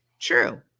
true